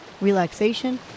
relaxation